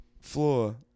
Floor